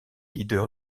leader